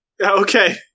Okay